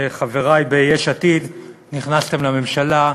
חברי ביש עתיד, נכנסתם לממשלה,